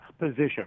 position